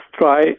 try